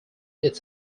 its